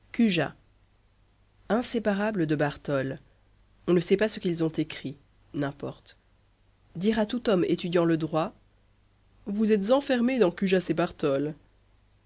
inséparable de bartole on ne sait pas ce qu'ils ont écrit n'importe dire à tout homme étudiant le droit vous êtes enfermé dans cujas